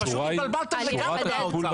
נועה אתם פשוט התבלבלתם לגמרי כולם.